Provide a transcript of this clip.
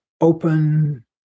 open